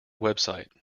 website